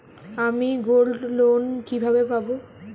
আমি গোল্ডলোন কিভাবে পাব?